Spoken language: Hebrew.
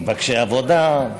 מבקשי עבודה,